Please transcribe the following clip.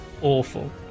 awful